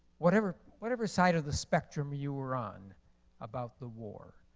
whatever whatever side of the spectrum you were on about the war,